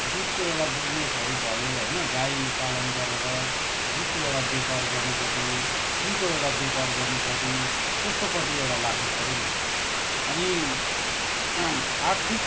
दुधको एउटा बिजिनेसहरू भयो होइन गाई पालन गरेर दुधको एउटा व्यापार गर्नुपट्टि फुलको एउटा व्यापार गर्नुपट्टि त्यस्तोपट्टि एउटा लाग्नुपऱ्यो नि अनि आर्थिक